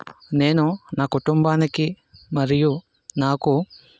నేను నా కుటుంబానికి మరియు నాకు